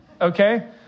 Okay